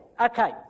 okay